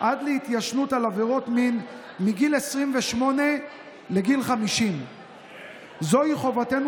עד להתיישנות על עבירות מין מגיל 28 לגיל 50. זוהי חובתנו